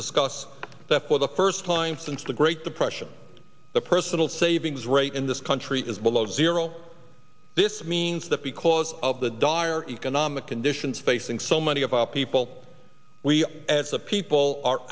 discuss that for the first time since the great depression the personal savings rate in this country is below zero this means that because of the dire economic conditions facing so many of our people we as a people are